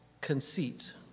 conceit